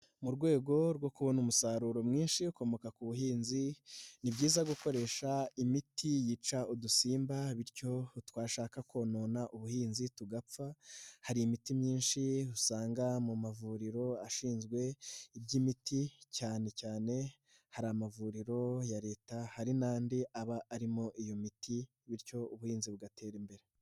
Mu rwego rwo kubona umusaruro mwinshi ukomoka ku buhinzi, ni byiza gukoresha imiti yica udusimba, bityo twashaka konona ubuhinzi tugapfa, hari imiti myinshi usanga mu mavuriro ashinzwe iby’imiti, cyane cyane hari amavuriro ya leta, hari n'andi aba arimo iyo miti, bityo ubuhinzi bugatera imbere.